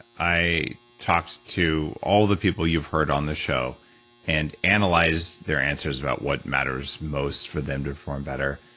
i talked to all the people you've heard on this show and analyzed their answers about what matters most for them to perform better.